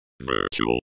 Virtual